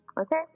Okay